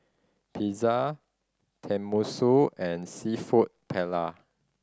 Pizza Tenmusu and Seafood Paella